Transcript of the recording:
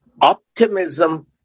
optimism